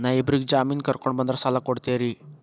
ನಾ ಇಬ್ಬರಿಗೆ ಜಾಮಿನ್ ಕರ್ಕೊಂಡ್ ಬಂದ್ರ ಸಾಲ ಕೊಡ್ತೇರಿ?